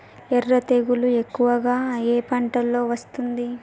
ఎర్ర తెగులు ఎక్కువగా ఏ పంటలో వస్తుంది?